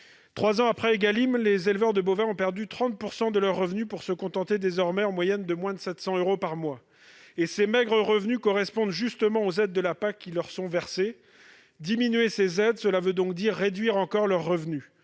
Trois ans après la loi Égalim, les éleveurs de bovins ont perdu 30 % de leurs revenus, pour se contenter désormais de moins de 700 euros par mois en moyenne, ces maigres revenus correspondant justement aux aides de la PAC qui leur sont versées ... Diminuer ces aides signifierait réduire encore leurs revenus.